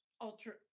ultra